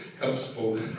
comfortable